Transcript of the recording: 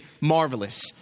marvelous